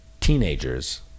teenagers